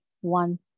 one